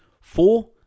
Four